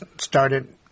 started